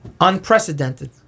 Unprecedented